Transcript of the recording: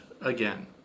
again